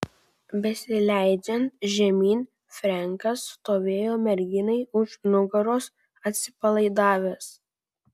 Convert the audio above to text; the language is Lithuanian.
besileidžiant žemyn frenkas stovėjo merginai už nugaros atsipalaidavęs